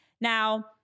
now